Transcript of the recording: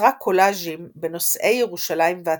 יצרה קולאז'ים בנושאי ירושלים והתנ"ך.